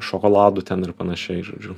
šokoladų ten ir panašiai žodžiu